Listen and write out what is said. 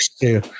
two